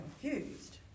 confused